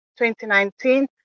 2019